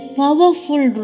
powerful